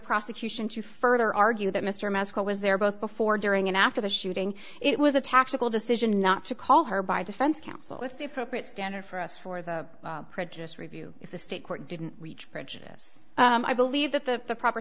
prosecution to further argue that mr masco was there both before during and after the shooting it was a tactical decision not to call her by defense counsel with the appropriate standard for us for the prejudice review if the state court didn't reach prejudice i believe that the proper